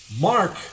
Mark